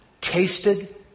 tasted